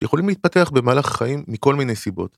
יכולים להתפתח במהלך החיים מכל מיני סיבות.